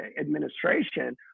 administration